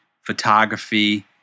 photography